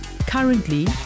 Currently